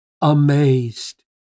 amazed